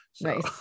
nice